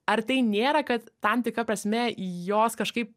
ar tai nėra kad tam tikra prasme jos kažkaip